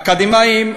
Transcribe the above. אקדמאים,